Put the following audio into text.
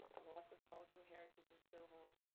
loss of cultural heritage and so on.